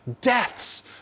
Deaths